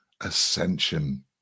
ascension